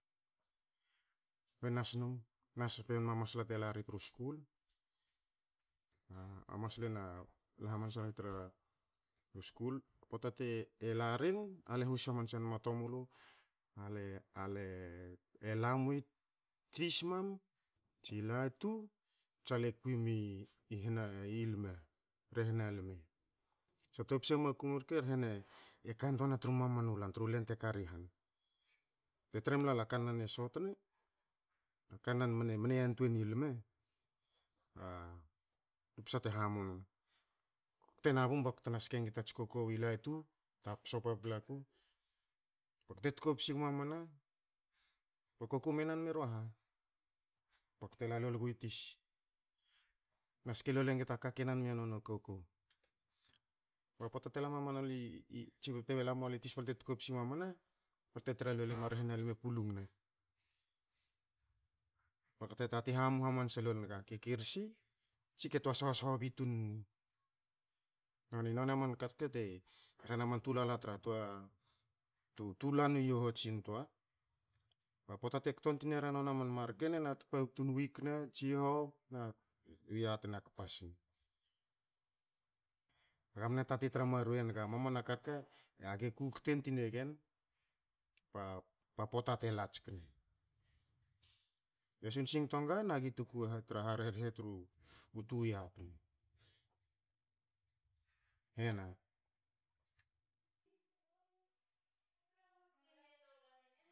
Le nas num, nas bei enma masla te la ri tru skul. A masla na, e la ri tru skul, poata te la rin, alue hus hamanse nma tomulu, ale- ale lamu i tis mam, tsi latu tsi le kwin mi hina i lme, rehna lme. So topsa makum rke e rhe na e kantoana tru mamanu lan tru len te kari han. Te tre mlalu a kanan e sotne, kanan mne, mne yantwein ni lme, a alu psa te hamu num. Ko kte nabum bte ske ngi tats kokou i latu, ta pso paplaku, bakte tkopsi gmamana, ba kokou me nan mera ha? Bakte la lol gui tis na ske lol engi ta ka ke ki nan mia nona kokou, ba poata te la mamana lu tsi bte la mualu i tis bte tkopsi mamana, balte tra lol emua rehe na lme pulung ne, baga e tatin hamu hamansa lol nga, ke kirsa tsi ke twa shoho bi tun ni. Noni, noni a man ka rke te rhe na tulala tra twa u lan u yohots intoa. Ba poata te kto ntinerin nona a man marken ena tpabtun wik ne, tsihou na ya tena kpa sne. Aga mne tatin tra marwei enga mamana ka rke, age kukte tine gen ba, ba poata te la tskne, age sun singto nga nagi tuku tra ha tra harerhe tru tu yia. Hena.